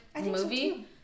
movie